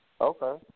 Okay